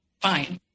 fine